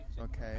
Okay